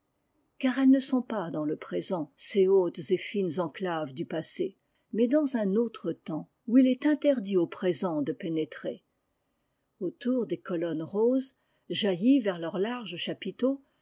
car elles ne sont pas dans le présent ces haùtes et fines enclaves du passé mais dans un autre temps où il est interdit au présent de pénétrer autour des colonnes roses jaillies vers leurs larges chapiteaux